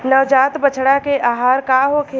नवजात बछड़ा के आहार का होखे?